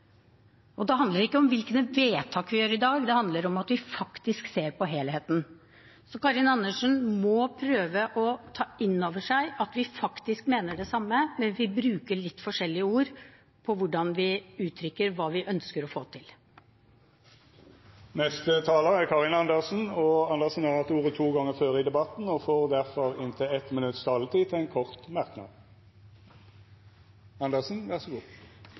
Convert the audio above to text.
handler ikke om hvilke vedtak vi gjør i dag, men om at vi faktisk ser på helheten. Karin Andersen må prøve å ta inn over seg at vi faktisk mener det samme, men bruker litt forskjellige ord på hvordan vi uttrykker hva vi ønsker å få til. Representanten Karin Andersen har hatt ordet to gonger tidlegare og får ordet til ein kort merknad, avgrensa til